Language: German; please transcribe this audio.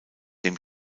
dem